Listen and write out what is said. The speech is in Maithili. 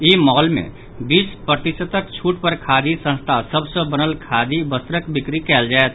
ई मॉल मे बीस प्रतिशतक छूट पर खादी संस्था सभ सॅ बनल खादी वस्त्रक बिक्री कयल जायत